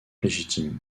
légitime